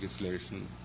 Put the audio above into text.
legislation